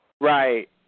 Right